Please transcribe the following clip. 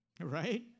right